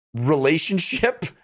relationship